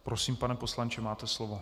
Prosím, pane poslanče, máte slovo.